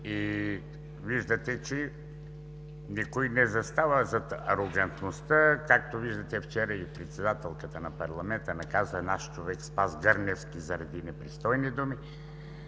и виждате, че никой не застава зад арогантността. Както виждате, вчера председателката на парламента наказа наш човек – Спас Гърневски, заради непристойни думи.